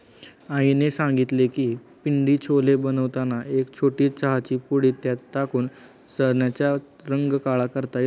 आईने सांगितले की पिंडी छोले बनवताना एक छोटी चहाची पुडी त्यात टाकून चण्याचा रंग काळा करता येतो